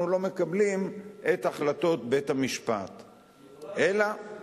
אנחנו לא מקבלים את החלטות בית-המשפט, אלא,